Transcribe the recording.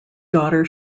daughter